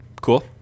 cool